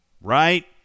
Right